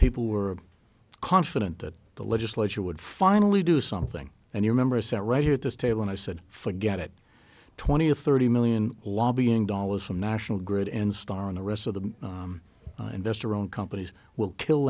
people were confident that the legislature would finally do something and your members sat right here at this table and i said forget it twenty or thirty million lobbying dollars from national grid and star in the rest of the investor owned companies will kill